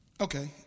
Okay